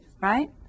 right